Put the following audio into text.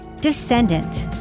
Descendant